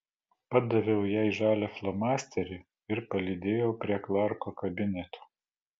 padaviau jai žalią flomasterį ir palydėjau prie klarko kabineto